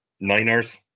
Niners